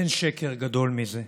אין שקר גדול מזה.